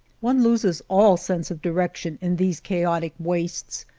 one loses all sense of direction in these chaotic wastes,